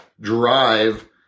drive